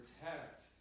protect